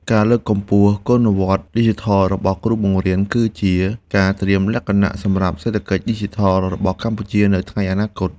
ការលើកកម្ពស់គុណវុឌ្ឍិឌីជីថលរបស់គ្រូបង្រៀនគឺជាការត្រៀមលក្ខណៈសម្រាប់សេដ្ឋកិច្ចឌីជីថលរបស់កម្ពុជានៅថ្ងៃអនាគត។